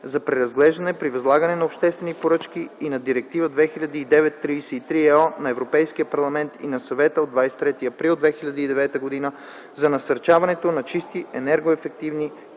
за преразглеждане при възлагане на обществени поръчки и на Директива 2009/33/ЕО на Европейския парламент и на Съвета от 23 април 2009 г. за насърчаването на чисти и енергийно ефективни пътни